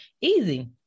Easy